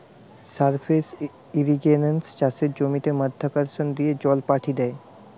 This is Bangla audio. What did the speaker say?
সারফেস ইর্রিগেশনে চাষের জমিতে মাধ্যাকর্ষণ দিয়ে জল পাঠি দ্যায়